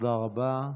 תודה רבה.